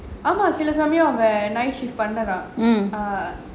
ஆமா சில சமயம் அவன்:aamaa sila samayam avan night shift பண்ணறான்:pannaran